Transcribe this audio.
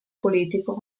politico